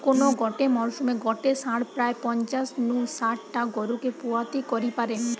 কোন গটে মরসুমে গটে ষাঁড় প্রায় পঞ্চাশ নু শাট টা গরুকে পুয়াতি করি পারে